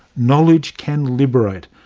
knowledge can liberate,